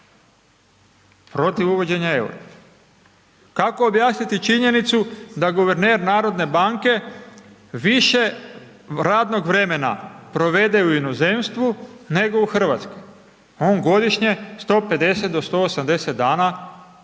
protiv uvođenja EUR-a. Kako objasniti činjenicu da guverner HNB-a više radnog vremena provede u inozemstvu, nego u RH, on godišnje 150 do 180 dana